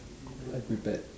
unprepared